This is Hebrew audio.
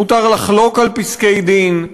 מותר לחלוק על פסקי-דין.